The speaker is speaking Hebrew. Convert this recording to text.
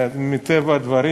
מטבע הדברים,